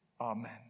Amen